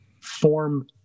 form